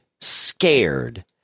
scared